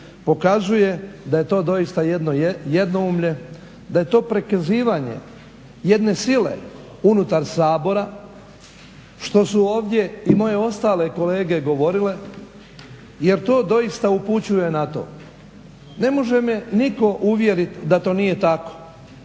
pokazuje da je to doista jedno jednoumlje, da je to prikazivanje jedne sile unutar Sabora što su ovdje i moje ostale kolege govorile jer to doista upućuje na to. Ne može me nitko uvjeriti da to nije tako.